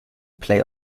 play